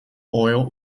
oil